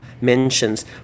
mentions